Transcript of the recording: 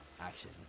action